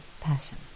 passion